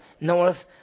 north